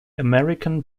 american